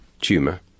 tumor